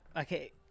okay